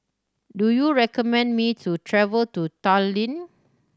do you recommend me to travel to Tallinn